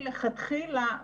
מלכתחילה,